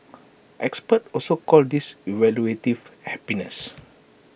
experts also call this evaluative happiness